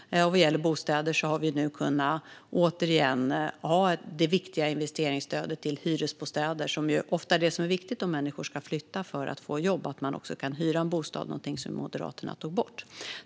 Vad gäller bostäder har vi nu återigen kunnat ha det viktiga investeringsstödet till hyresbostäder. Om människor ska flytta för att få jobb är det ofta viktigt att de kan hyra en bostad. Detta är någonting som Moderaterna tog bort.